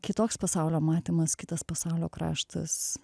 kitoks pasaulio matymas kitas pasaulio kraštas